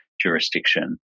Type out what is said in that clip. jurisdiction